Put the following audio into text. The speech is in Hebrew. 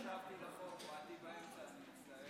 באתי באמצע, אני מצטער.